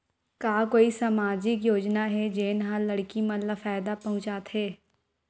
का कोई समाजिक योजना हे, जेन हा लड़की मन ला फायदा पहुंचाथे?